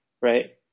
right